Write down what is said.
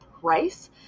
price